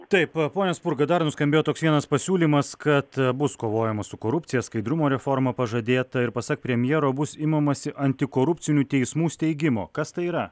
taip pone spurga dar nuskambėjo toks vienas pasiūlymas kad bus kovojama su korupcija skaidrumo reforma pažadėta ir pasak premjero bus imamasi antikorupcinių teismų steigimo kas tai yra